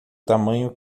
tamanho